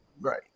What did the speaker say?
Right